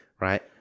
right